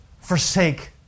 forsake